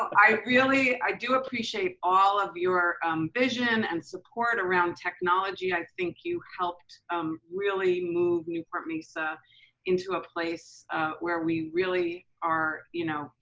i really, i do appreciate all of your vision and support around technology. i think you helped um really move newport mesa into a place where we really are, you know,